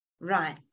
Right